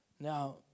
Now